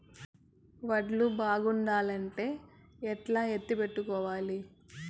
వడ్లు బాగుండాలంటే ఎట్లా ఎత్తిపెట్టుకోవాలి?